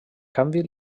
canvi